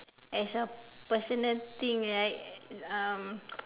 as a personal thing right um